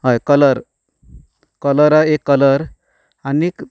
हय कलर कलरा एक कलर आनी